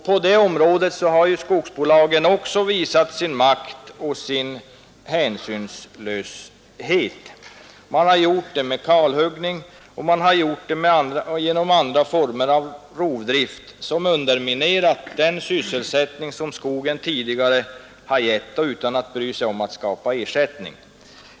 På det området har skogsbolagen också visat sin makt och hänsynslöshet genom kalhuggning och genom andra former av rovdrift, som underminerat den sysselsättning som skogen tidigare har gett. Och man har inte brytt sig om att skapa ersättning.